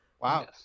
Wow